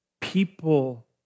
people